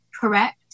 correct